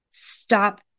Stop